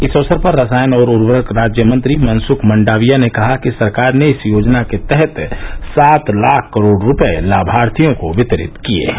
इस अवसर पर रसायन और उर्वरक राज्यमंत्री मनसुख मंडाविया ने कहा कि सरकार ने इस योजना के तहत सात लाख करोड़ रूपये लाभार्थियों को वितरित किए हैं